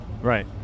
Right